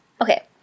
Okay